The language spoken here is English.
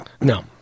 No